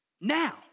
Now